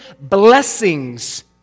blessings